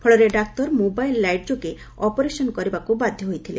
ଫଳରେ ଡାକ୍ତର mobile light ଯୋଗେ ଅପରେସନ୍ କରିବାକୁ ବାଧ୍ଯ ହୋଇଥିଲେ